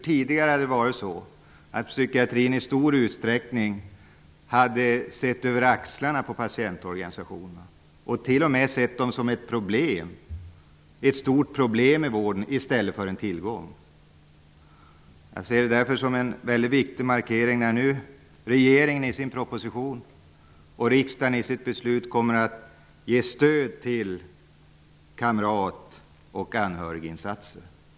Tidigare hade man inom psykiatrin i stor utsträckning sett över axeln på patientorganisationerna och t.o.m. sett dem som ett stort problem i vården i stället för som en tillgång. Jag ser det därför som en väldigt viktig markering när nu regeringen i sin proposition och riksdagen i sitt beslut kommer att ge stöd till kamrat och anhöriginsatser.